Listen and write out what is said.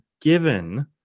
given